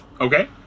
Okay